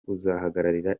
kuzahagararira